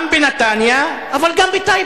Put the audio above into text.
גם בנתניה, אבל גם בטייבה.